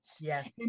yes